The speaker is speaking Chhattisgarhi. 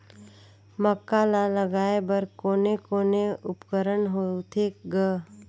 मक्का ला लगाय बर कोने कोने उपकरण होथे ग?